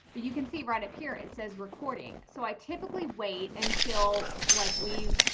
but you can see right up here it says recording. so i typically wait until like we've,